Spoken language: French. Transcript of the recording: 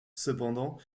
cependant